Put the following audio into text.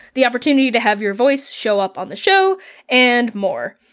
the opportunity to have your voice show up on the show and more.